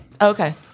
Okay